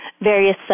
various